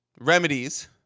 remedies